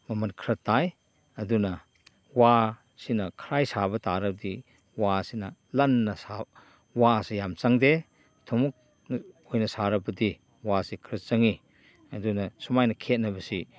ꯃꯃꯟ ꯈꯔ ꯇꯥꯏ ꯑꯗꯨꯅ ꯋꯥꯁꯤꯅ ꯈꯔꯥꯏ ꯁꯥꯕ ꯇꯥꯔꯗꯤ ꯋꯥꯁꯤꯅ ꯂꯟꯅ ꯋꯥꯁꯤ ꯌꯥꯝ ꯆꯪꯗꯦ ꯊꯨꯝꯃꯣꯛ ꯑꯩꯈꯣꯏꯅ ꯁꯥꯔꯕꯗꯤ ꯋꯥꯁꯦ ꯈꯔ ꯆꯪꯏ ꯑꯗꯨꯅ ꯁꯨꯃꯥꯏꯅ ꯈꯦꯠꯅꯕꯁꯤ